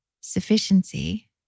sufficiency